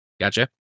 Gotcha